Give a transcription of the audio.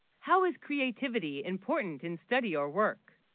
how is creativity important in study or work